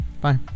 Bye